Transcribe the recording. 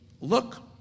look